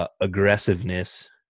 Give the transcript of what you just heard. Aggressiveness